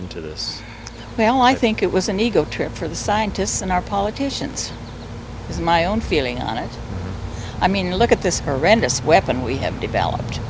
into this well i think it was an ego trip for the scientists and our politicians is my own feeling on it i mean look at this horrendous weapon we have developed